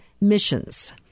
missions